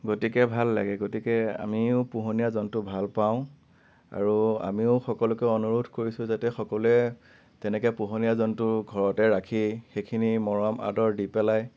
গতিকে ভাল লাগে গতিকে আমিও পোহনীয়া জন্তু ভালপাওঁ আৰু আমিও সকলোকে অনুৰোধ কৰিছোঁ যাতে সকলোৱে তেনেকৈ পোহনীয়া জন্তু ঘৰতে ৰাখি সেইখিনি মৰম আদৰ দি পেলাই